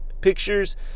pictures